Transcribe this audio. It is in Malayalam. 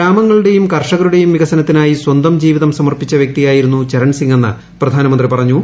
ഗ്രാമങ്ങളുടെയും കർഷകരുടെയും വികസനത്തിനായി സ്വന്തം ജീവിതം സമർപ്പിച്ച വൃക്തിയായിരുന്നു ചരൺസിംഗ് എന്ന് പ്രധാനമന്ത്രി പറഞ്ഞു